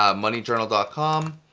um moneyjournal ah com,